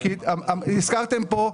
הזכרתם פה,